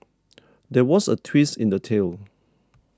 there was a twist in the tale